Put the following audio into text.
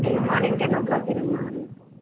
நீங்கள் morning ten o'clock இருங்க